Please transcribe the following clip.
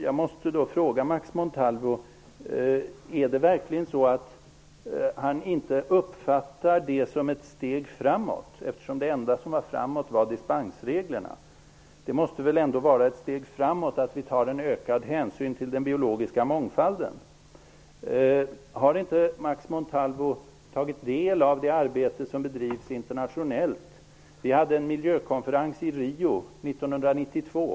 Jag måste då fråga Max Montalvo om det verkligen är så att han inte uppfattar det som ett steg framåt. Det enda som var framåt var ju dispensreglerna. Det måste väl ändå vara ett steg framåt att vi tar en ökad hänsyn till den biologiska mångfalden. Har inte Max Montalvo tagit del av det arbete som bedrivs internationellt? Vi hade en miljökonferens i Rio 1992.